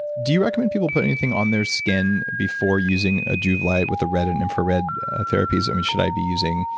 do you recommend people putting anything on their skin before using a joovv light with a red and infrared therapies? should i be using.